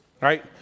right